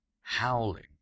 howling